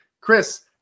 Chris